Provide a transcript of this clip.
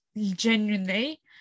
genuinely